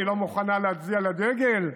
היא לא מוכנה להצדיע לדגל,